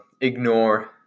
ignore